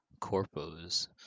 corpos